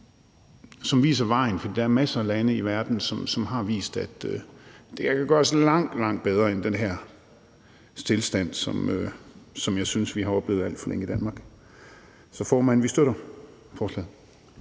som viser vejen, for der er masser af lande i verden, som har vist, at det her kan gøres langt, langt bedre, i stedet for at der er den her stilstand, som jeg synes vi har oplevet alt for længe i Danmark. Så vi støtter